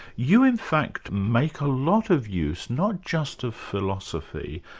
you in fact make a lot of use not just of philosophy,